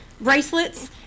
bracelets